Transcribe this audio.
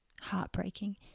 heartbreaking